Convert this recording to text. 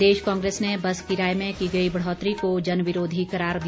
प्रदेश कांग्रेस ने बस किराए में की गई बढ़ौतरी को जन विरोधी करार दिया